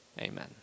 Amen